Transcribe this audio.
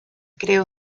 creó